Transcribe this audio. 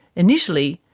initially,